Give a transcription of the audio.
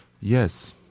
Yes